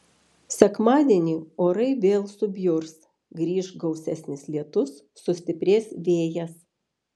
sekmadienį orai vėl subjurs grįš gausesnis lietus sustiprės vėjas